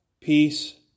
peace